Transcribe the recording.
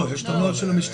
לא, יש את הנוהל של המשטרה.